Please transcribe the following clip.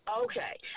Okay